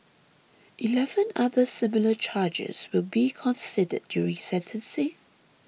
eleven other similar charges will be considered during sentencing